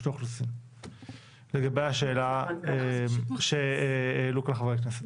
האוכלוסין לגבי השאלה שהעלו כאן חברי הכנסת.